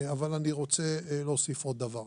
אבל אני רוצה להוסיף עוד דבר.